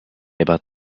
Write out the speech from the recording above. about